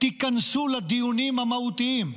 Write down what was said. היכנסו לדיונים המהותיים,